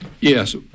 yes